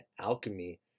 alchemy